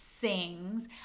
sings